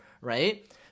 Right